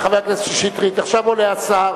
חבר הכנסת שטרית, עכשיו עולה השר.